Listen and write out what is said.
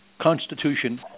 constitution